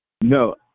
No